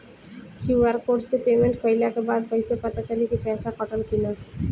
QR code से payment कईला के बाद कईसे पता चली की पैसा कटल की ना?